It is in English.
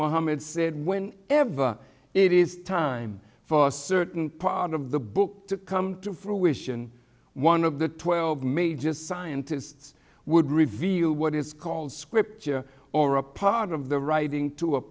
muhammad said when ever it is time for certain part of the book to come to fruition one of the twelve may just scientists would reveal what is called scripture or a part of the writing to